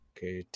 Okay